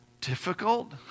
difficult